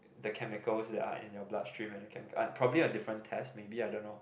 the chemicals that are in your blood stream are probably a different test maybe I don't know